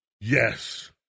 Yes